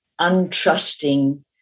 untrusting